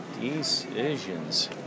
decisions